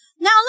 Now